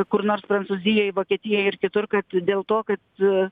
kur nors prancūzijoj vokietijoje ir kitur kad dėl to kad